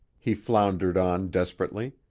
he floundered on desperately.